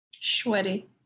Sweaty